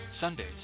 Sundays